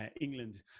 England